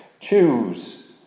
Choose